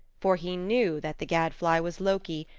for he knew that the gadfly was loki,